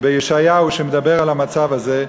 בישעיהו שמדבר על המצב הזה: